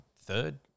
third